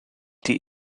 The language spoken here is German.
die